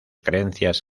creencias